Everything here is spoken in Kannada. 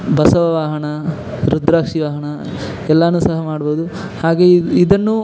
ಬಸವ ವಾಹನ ರುದ್ರಾಕ್ಷಿ ವಾಹನ ಎಲ್ಲಾ ಸಹ ಮಾಡ್ಬೋದು ಹಾಗೆಯೇ ಇದನ್ನು